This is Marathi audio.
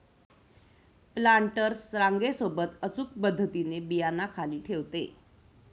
प्लांटर्स रांगे सोबत अचूक पद्धतीने बियांना खाली ठेवते